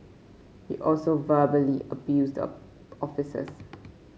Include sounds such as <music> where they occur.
he also verbally abused the <unintelligible> officers